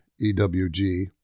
EWG